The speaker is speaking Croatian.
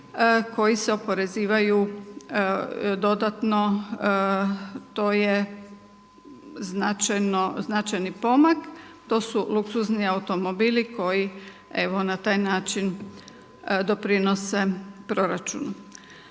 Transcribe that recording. koji se oporezivaju dodatno to je značajni pomak, to su luksuzni automobili koji evo na taj način doprinose proračunu.